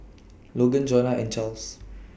Logan Johnna and Charls